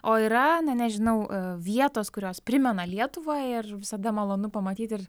o yra na nežinau vietos kurios primena lietuvą ir visada malonu pamatyt ir